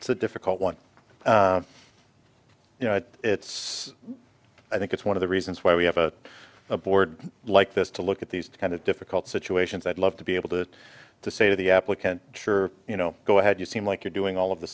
it's a difficult one you know it's i think it's one of the reasons why we have a board like this to look at these kind of difficult situations i'd love to be able to say to the applicant sure you know go ahead you seem like you're doing all of th